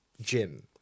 gym